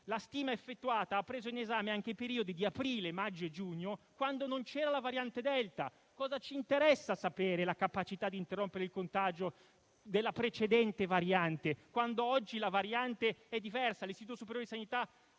la stima effettuata ha preso in esame anche i periodi di aprile, maggio e giugno, quando non c'era la variante delta*.* Cosa ci interessa sapere la capacità di interrompere il contagio della precedente variante, quando oggi ce ne è una diversa,